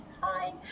hi